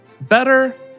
Better